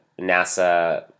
NASA